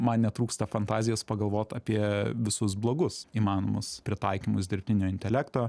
man netrūksta fantazijos pagalvot apie visus blogus įmanomus pritaikymus dirbtinio intelekto